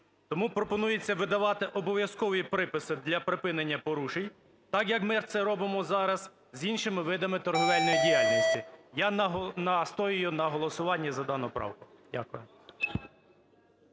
Тому пропонується видавати обов'язковий припис для припинення порушень так, як ми це робимо зараз з іншими видами торгівельної діяльності. Я настоюю на голосуванні за дану правку. Дякую.